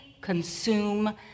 consume